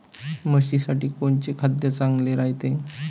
म्हशीसाठी कोनचे खाद्य चांगलं रायते?